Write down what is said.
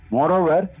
Moreover